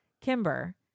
Kimber